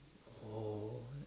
oh